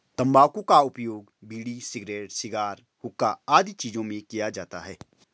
तंबाकू का उपयोग बीड़ी, सिगरेट, शिगार, हुक्का आदि चीजों में किया जाता है